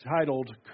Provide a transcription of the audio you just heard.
titled